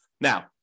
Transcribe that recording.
Now